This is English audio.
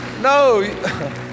No